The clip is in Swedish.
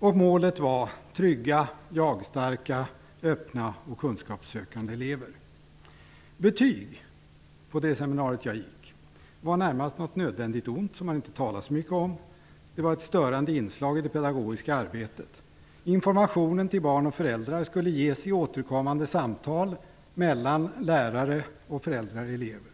Målet var trygga, jagstarka, öppna och kunskapssökande elever. På det seminarium som jag gick på ansågs betyg närmast vara något nödvändigt ont. Man talade inte så mycket om det. Det var ett störande inslag i det pedagogiska arbetet. Informationen till barn och föräldrar skulle ges i återkommande samtal mellan lärare, föräldrar och elever.